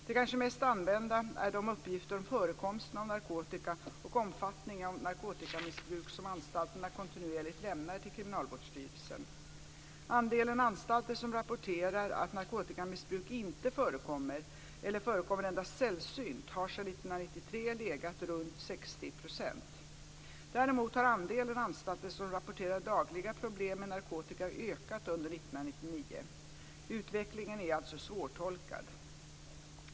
Det kanske mest använda är de uppgifter om förekomsten av narkotika och omfattningen av narkotikamissbruk som anstalterna kontinuerligt lämnar till Kriminalvårdsstyrelsen. Andelen anstalter som rapporterar att narkotikamissbruk inte förekommer eller förekommer endast sällsynt har sedan 1993 legat runt 60 %. Däremot har andelen anstalter som rapporterar dagliga problem med narkotika ökat under 1999. Utvecklingen är alltså svårtolkad.